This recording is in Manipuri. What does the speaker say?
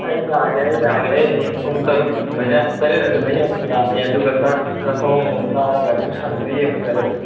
ꯑꯩ ꯂꯥꯛꯑꯒꯦ ꯑꯩ ꯂꯥꯛꯑꯒꯦ ꯑꯩ ꯍꯌꯦꯡ ꯄꯨꯡ ꯇꯔꯨꯛ ꯑꯗꯨꯃꯥꯏꯅ ꯇꯔꯦꯠ ꯑꯗꯨꯃꯥꯏꯅ ꯌꯧꯁꯜꯂꯛꯑꯒꯦ ꯑꯗꯨꯒ ꯆꯥꯛ ꯆꯈꯣꯝ ꯑꯃꯃꯝ ꯆꯥꯔꯒ ꯑꯗꯨꯝ ꯁꯟꯗꯨ ꯌꯦꯡꯕ ꯆꯠꯂꯁꯦ